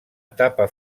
etapa